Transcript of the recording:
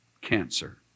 cancer